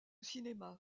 cinéma